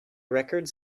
records